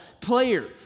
player